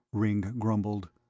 ringg grumbled,